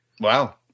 Wow